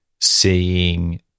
seeing